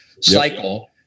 cycle